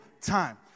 time